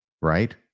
right